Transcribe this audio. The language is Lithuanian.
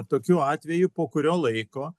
tokiu atveju po kurio laiko